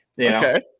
Okay